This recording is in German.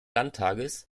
landtages